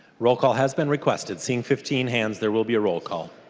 roll call has been requested. seeing fifteen hands there will be a roll call.